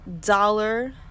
dollar